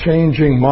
Changing